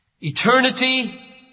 Eternity